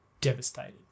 devastated